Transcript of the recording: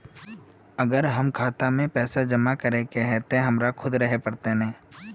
अगर हमर अपना खाता में पैसा जमा करे के है ते हमरा खुद रहे पड़ते ने?